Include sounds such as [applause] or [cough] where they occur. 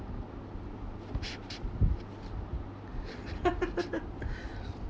[laughs]